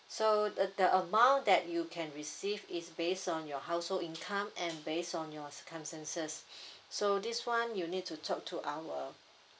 so uh the amount that you can receive is based on your household income and based on your circumstances so this one you'll need to talk to our